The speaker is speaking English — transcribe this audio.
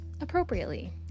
appropriately